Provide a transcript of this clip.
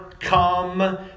Come